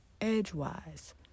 edgewise